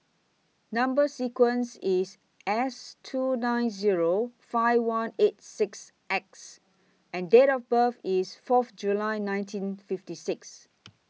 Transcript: Number sequence IS S two nine Zero five one eight six X and Date of birth IS Fourth July nineteen fifty six